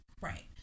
Right